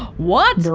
was